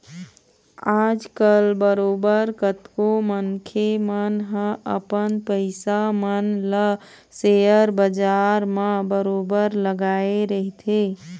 आजकल बरोबर कतको मनखे मन ह अपन पइसा मन ल सेयर बजार म बरोबर लगाए रहिथे